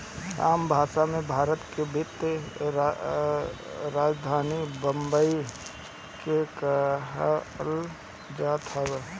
आम भासा मे, भारत के वित्तीय राजधानी बम्बई के कहल जात हवे